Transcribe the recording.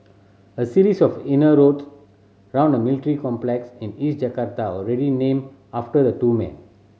a series of inner roads around a military complex in East Jakarta already named after the two men